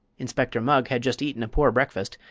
inspector mugg had just eaten a poor breakfast,